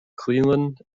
cleveland